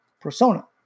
persona